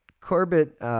Corbett